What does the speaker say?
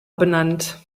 benannt